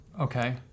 Okay